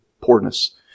poorness